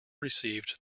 received